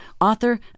author